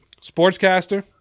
Sportscaster